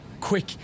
quick